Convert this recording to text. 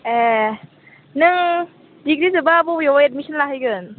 ए नों डिग्री जोब्बा बबेयाव एडमिसन लाहैगोन